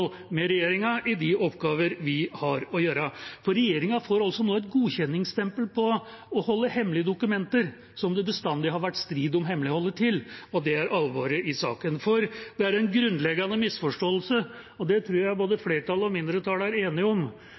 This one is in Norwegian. med regjeringa i de oppgaver vi har å gjøre. Regjeringa får altså nå et godkjenningsstempel på å holde hemmelig dokumenter som det bestandig har vært strid om hemmeligholdet til, og det er alvoret i saken. For det er en grunnleggende misforståelse – og det tror jeg både flertallet og mindretallet er enige om: